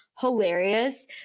hilarious